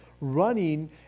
running